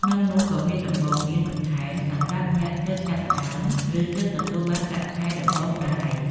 ក្នុងនោះក៏មានដំបូន្មានបន្ថែមសម្រាប់អ្នកទើបចាប់ផ្តើម ឬទើបទទួលបានប្រាក់ខែដំបូងដែរ។